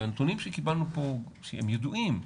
הנתונים שקיבלנו פה, שהם ידועים,